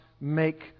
make